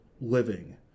living